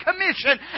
commission